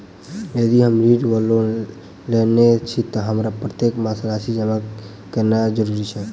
यदि हम ऋण वा लोन लेने छी तऽ हमरा प्रत्येक मास राशि जमा केनैय जरूरी छै?